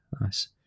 nice